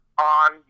on